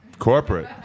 corporate